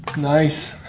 nice.